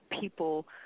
people